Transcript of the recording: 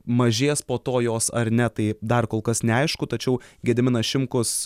mažės po to jos ar ne tai dar kol kas neaišku tačiau gediminas šimkus